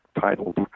titled